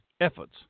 efforts